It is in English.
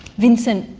vincent,